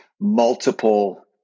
multiple